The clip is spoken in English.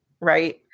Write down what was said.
Right